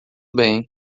bem